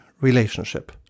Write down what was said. relationship